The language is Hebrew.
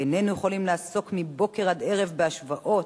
ואיננו יכולים לעסוק מבוקר עד ערב בהשוואות,